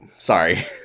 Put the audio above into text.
Sorry